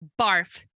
Barf